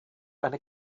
eine